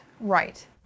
right